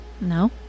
No